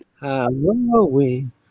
Halloween